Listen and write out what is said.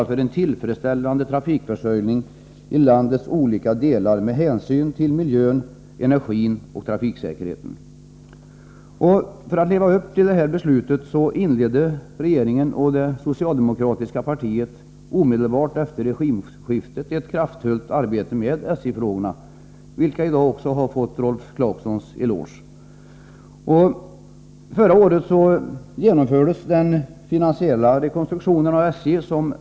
För att leva upp till det beslutet inledde regeringen och det socialdemokratiska partiet omedelbart efter regimskiftet ett kraftfullt arbete med SJ frågorna, vilket i dag också fått Rolf Clarksons eloge.